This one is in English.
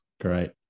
Great